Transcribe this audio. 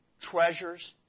treasures